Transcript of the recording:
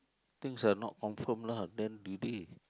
things are not confirm lah then do they